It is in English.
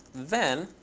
then